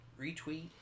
retweet